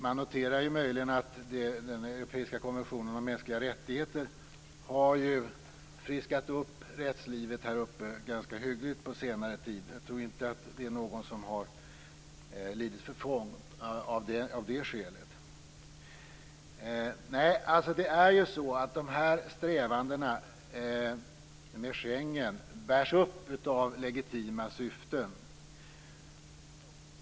Man noterar möjligen att den europeiska konventionen om mänskliga rättigheter under senare tid har friskat upp rättslivet ganska hyggligt här uppe. Jag tror inte att någon har lidit förfång av det skälet. Det är tvärtom så att de här strävandena med Schengen bärs upp av legitima syften.